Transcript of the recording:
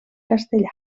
castellà